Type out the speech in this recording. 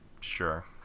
Sure